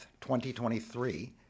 2023